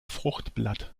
fruchtblatt